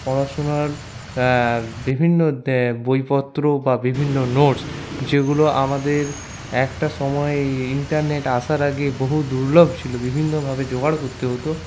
পড়াশোনার বিভিন্ন বইপত্র বা বিভিন্ন নোটস যেগুলো আমাদের একটা সময়ে ইন্টারনেট আসার আগে বহু দূর্লভ ছিল বিভিন্নভাবে জোগাড় করতে হতো